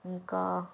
ఇంకా